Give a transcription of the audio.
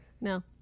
No